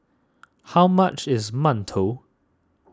how much is Mantou